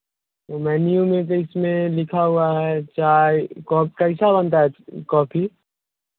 menu में तो इसमें लिखा हुआ है चाय कॉफ कैसा बनता है कॉफी